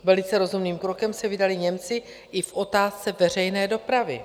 Velice rozumným krokem se vydali Němci i v otázce veřejné dopravy.